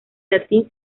latín